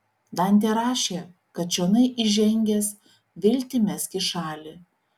dantė rašė kad čionai įžengęs viltį mesk į šalį